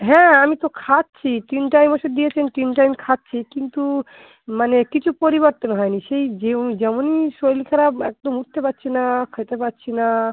হ্যাঁ আমি তো খাচ্ছি তিন টাইম ওষুধ দিয়েছেন তিন টাইম খাচ্ছি কিন্তু মানে কিছু পরিবর্তন হয় নি সেই যেউ যেমন শরীর খারাপ একদম উঠতে পারছি না খেতে পারছি না